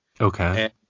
Okay